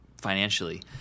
financially